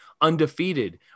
undefeated